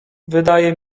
wydaje